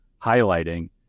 highlighting